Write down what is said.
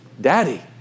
daddy